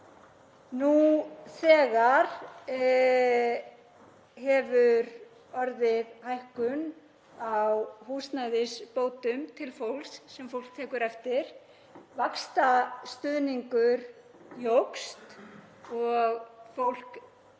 Nú þegar hefur orðið hækkun á húsnæðisbótum til fólks sem fólk tekur eftir; vaxtastuðningur jókst og fólk